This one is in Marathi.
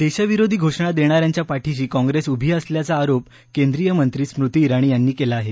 देशविरोधी घोषणा देणा यांच्या पाठिशी काँग्रेस उभी असल्याचा आरोप केंद्रीय मंत्री स्मृती जिणी यांनी केला आहे